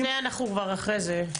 טוב אנחנו כבר אחרי זה.